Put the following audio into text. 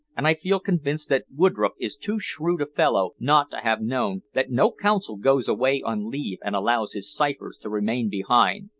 and i feel convinced that woodroffe is too shrewd a fellow not to have known that no consul goes away on leave and allows his ciphers to remain behind.